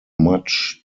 much